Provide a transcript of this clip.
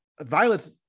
Violet's